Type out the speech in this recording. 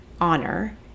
honor